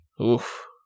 Oof